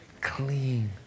clean